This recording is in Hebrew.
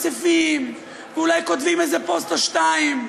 ומצפצפים, ואולי כותבים איזה פוסט או שניים.